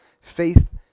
faith